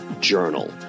Journal